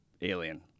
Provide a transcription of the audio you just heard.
Alien